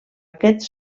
aquests